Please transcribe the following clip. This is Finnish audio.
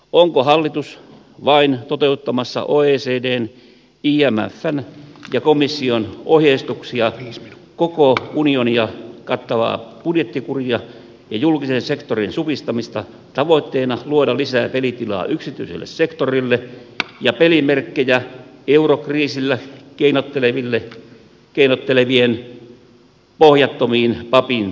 onko hallitus vain toteuttamassa oecdn imfn ja komission ohjeistuksia koko unionia kattavaa budjettikuria ja julkisen sektorin supistamista tavoitteena luoda lisää pelitilaa yksityiselle sektorille ja pelimerkkejä eurokriisillä keinottelevien pohjattomiin papinsäkkeihin